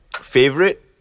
Favorite